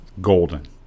golden